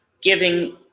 giving